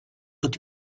tot